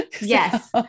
Yes